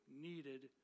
needed